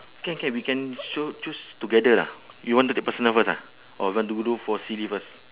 can can we can also choose together lah you want to do personal first ah or you want to do for silly first